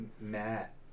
Matt